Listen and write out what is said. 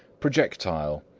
projectile,